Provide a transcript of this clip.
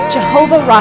Jehovah